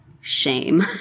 shame